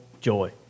joy